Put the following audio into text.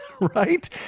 right